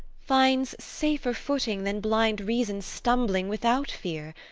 finds safer footing than blind reason stumbling without fear.